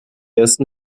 ersten